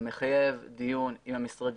זה מחייב דיו עם המשרדים,